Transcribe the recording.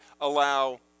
allow